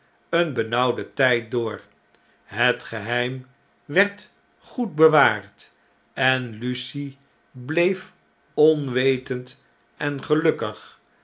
een benauwden tyd door het geheim werd goed hewaard en lucie bleef onwetend en geluklug